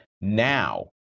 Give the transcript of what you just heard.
now